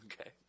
Okay